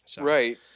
Right